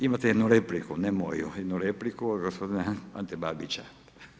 Imate jednu repliku, ne moju, jednu repliku gospodina Ante Babića.